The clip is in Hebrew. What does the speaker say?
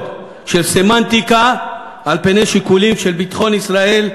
של סמנטיקה על פני שיקולים של ביטחון ישראל,